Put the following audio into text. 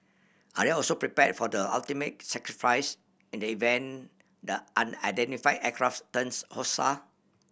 are they also prepared for the ultimate sacrifice in the event the an unidentify aircrafts turns